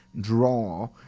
draw